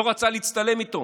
לא רצה להצטלם איתו